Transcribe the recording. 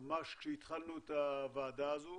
ממש כשהתחלנו את הוועדה הזו